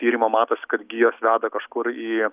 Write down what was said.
tyrimą matosi kad gijos veda kažkur į